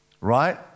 Right